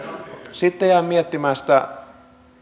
sitten jäin miettimään sitä